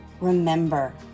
remember